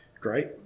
great